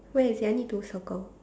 where is it I need to circle